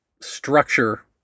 structure